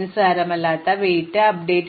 നിസ്സാരമല്ലാത്ത ഭാരം അപ്ഡേറ്റുചെയ്യുന്നു